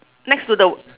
next to the